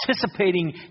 participating